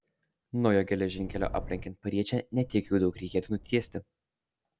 naujo geležinkelio aplenkiant pariečę ne tiek jau daug reikėtų nutiesti